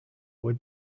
were